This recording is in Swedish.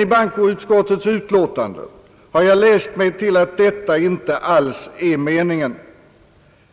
I bankoutskottets utlåtande har jag läst mig till att detta inte alls är meningen.